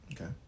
Okay